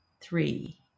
Three